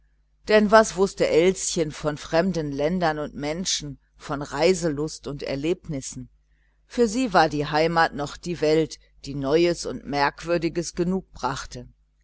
denn was wußte elschen von fremden ländern und menschen von reiselust und erlebnissen für sie war die heimat noch die welt die neues und merkwürdiges genug brachte